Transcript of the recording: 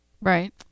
Right